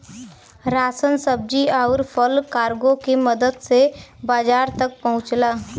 ration सब्जी आउर फल कार्गो के मदद से बाजार तक पहुंचला